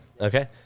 Okay